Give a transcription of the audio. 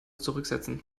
zurücksetzen